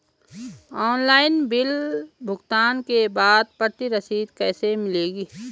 Online bill भुगतान के बाद प्रति रसीद कैसे मिलेगी?